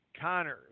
Connors